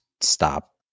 stop